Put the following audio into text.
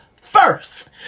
first